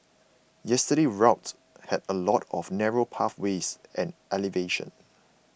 yesterday's route had a lot of narrow pathways and elevation